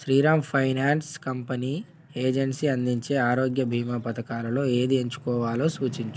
Sriram finance company agency అందించే ఆరోగ్య బీమా పథకాలలో ఏది ఎంచుకోవాలో సూచించు